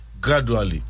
gradually